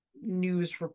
news